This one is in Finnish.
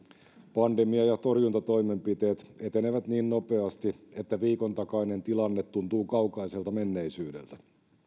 pandemia ja torjuntatoimenpiteet etenevät niin nopeasti että viikon takainen tilanne tuntuu kaukaiselta menneisyydeltä